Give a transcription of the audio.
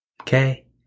Okay